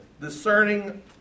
Discerning